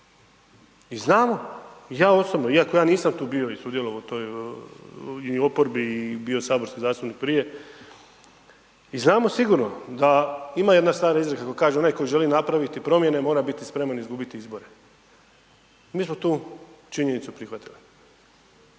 I znamo, ja osobno, iako ja nisam tu bio i sudjelovao u toj i oporbi i bio saborski zastupnik prije i znamo sigurno da, ima jedna stara izreka koja kaže „onaj koji želi napraviti promjene, mora biti spreman izgubiti izbore“. Mi smo tu činjenicu prihvatili,